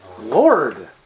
Lord